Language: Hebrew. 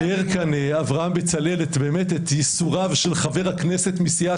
תאר כאן אברהם בצלאל את ייסוריו של חבר הכנסת מסיעה